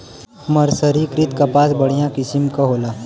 मर्सरीकृत कपास बढ़िया किसिम क होला